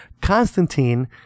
Constantine